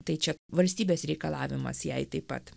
tai čia valstybės reikalavimas jai taip pat